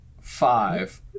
five